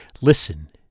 Listen